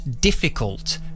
difficult